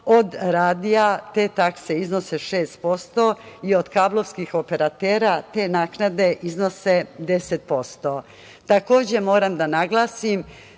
od radija te takse iznose 6% i od kablovskih operatera te naknade iznose 10%.